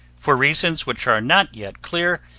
for reasons which are not yet clear,